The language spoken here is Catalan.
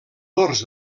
dors